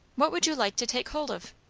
what would you like to take hold of?